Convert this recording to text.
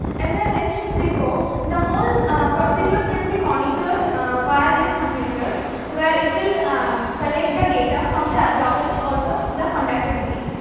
as i mentioned before the whole procedure can be monitored via this computer where it will collect the data from the absorbance also the conductivity.